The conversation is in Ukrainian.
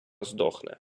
здохне